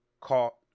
caught